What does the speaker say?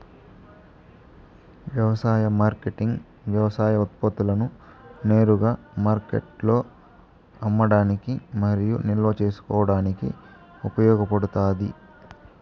వ్యవసాయ మార్కెటింగ్ వ్యవసాయ ఉత్పత్తులను నేరుగా మార్కెట్లో అమ్మడానికి మరియు నిల్వ చేసుకోవడానికి ఉపయోగపడుతాది